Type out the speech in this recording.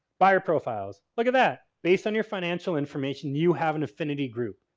buyer profiles. look at that. based on your financial information you have an affinity group.